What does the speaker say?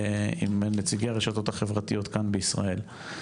עם נציגי הרשתות החברתיות כאן בישראל.